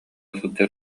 сылдьар